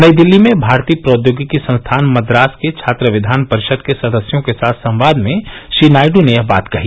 नईें दिल्ली में भारतीय प्रौद्योगिकी संस्थान मद्रास के छात्र विधान परिषद के सदस्यों के साथ संवाद में श्री नायड् ने यह बात कही